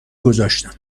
گذاشتم